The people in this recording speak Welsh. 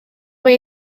mae